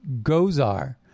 Gozar